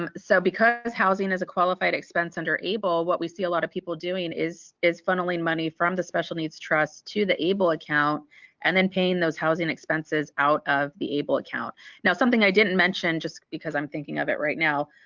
um so because housing is a qualified expense under able what we see a lot of people doing is is funneling money from the special needs trust to the able account and then paying those housing expenses out of the able account now something i didn't mention just because i'm thinking of it right now